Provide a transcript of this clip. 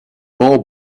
more